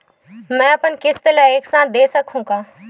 मै अपन किस्त ल एक साथ दे सकत हु का?